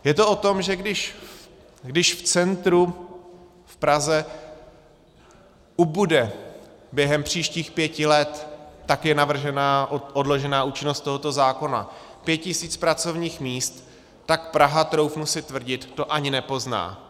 Je to o tom, že když v centru, v Praze, ubude během příštích pěti let tak je navržena odložená účinnost tohoto zákona pět tisíc pracovních míst, tak Praha, troufnu si tvrdit, to ani nepozná.